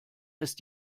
ist